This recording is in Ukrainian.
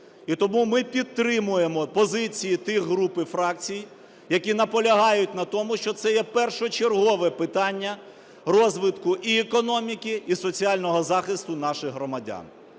і тому ми підтримуємо позиції тих груп і фракцій, які наполягають на тому, що це є першочергове питання розвитку і економіки, і соціального захисту наших громадян.